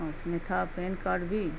اور اسنیتا PAN card بھی